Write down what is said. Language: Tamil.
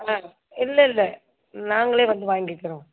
ஆ இல்லை இல்லை நாங்களே வந்து வாங்கிக்கிறோம்